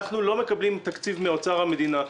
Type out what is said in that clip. אנחנו לא מקבלים תקציב מאוצר המדינה.